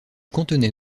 contenait